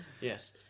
Yes